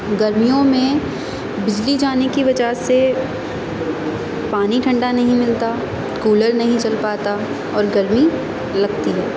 گرمیوں میں بجلی جانے کی وجہ سے پانی ٹھنڈا نہیں ملتا کولر نہیں چل پاتا اور گرمی لگتی ہے